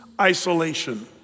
Isolation